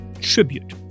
tribute